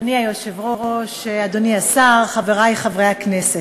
אדוני היושב-ראש, אדוני השר, חברי חברי הכנסת,